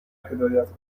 هدایت